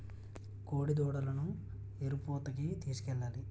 కోడిదూడలను ఎరుపూతకి తీసుకెళ్లాలి